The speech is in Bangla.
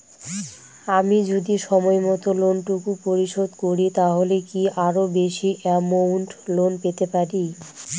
আমি যদি সময় মত লোন টুকু পরিশোধ করি তাহলে কি আরো বেশি আমৌন্ট লোন পেতে পাড়ি?